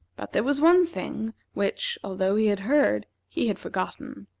but there was one thing which, although he had heard, he had forgotten.